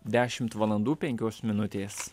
dešimt valandų penkios minutės